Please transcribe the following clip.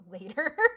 later